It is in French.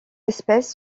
espèces